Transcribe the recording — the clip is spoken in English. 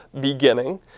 beginning